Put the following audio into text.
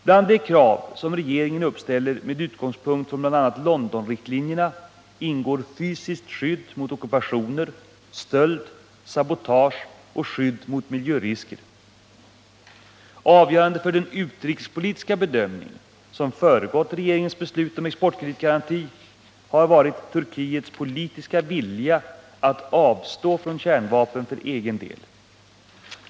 Bland de krav som regeringen uppställer med utgångspunkt i bl.a. Londonriktlinjerna ingår fysiskt skydd mot ockupationer, stöld, sabotage och skydd mot miljörisker. Avgörande för den utrikespolitiska bedömning som föregått regeringens beslut om exportkreditgaranti har varit Turkiets politiska vilja att avstå från kärnvapen för egen del.